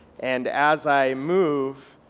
and as i move,